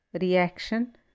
reaction